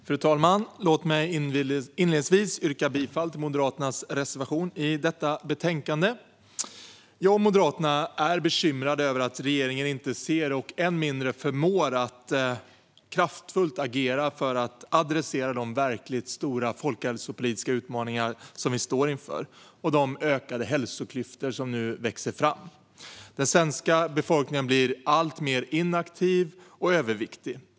Fru talman! Låt mig inledningsvis yrka bifall till Moderaternas reservation i detta betänkande. Jag och Moderaterna är bekymrade över att regeringen inte ser och än mindre förmår att kraftfullt agera för att adressera de verkligt stora folkhälsopolitiska utmaningar vi står inför och de ökade hälsoklyftor som nu växer fram. Den svenska befolkningen blir alltmer inaktiv och överviktig.